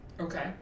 Okay